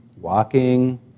walking